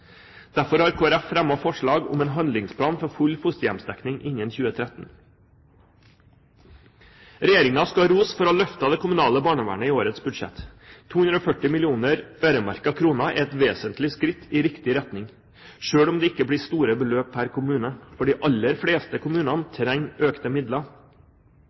Derfor har Kristelig Folkeparti fremmet forslag om en handlingsplan for full fosterhjemsdekning innen 2013. Regjeringen skal ha ros for å ha løftet det kommunale barnevernet i årets budsjett. 240 millioner øremerkede kroner er et vesentlig skritt i riktig retning, selv om det ikke blir store beløpet per kommune, for de aller fleste kommunene trenger økte midler.